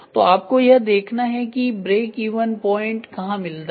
तोआपको यह देखना है कि ब्रेक इवन पॉइंट कहां मिलता है